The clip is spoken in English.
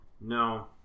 No